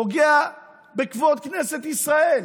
פוגע בכבוד כנסת ישראל,